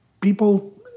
people